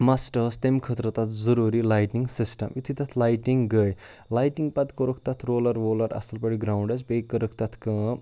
مَسٹہٕ ٲس تمہِ خٲطرٕ تَتھ ضٔروٗری لایٹِنٛگ سِسٹَم یُتھُے تَتھ لایٹِنٛگ گٔے لایٹِنٛگ پَتہٕ کوٚرُکھ تَتھ رولَر وولَر اَصٕل پٲٹھۍ گرٛاوُنٛڈَس بیٚیہِ کٔرٕکھ تَتھ کٲم